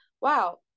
wow